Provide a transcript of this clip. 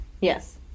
Yes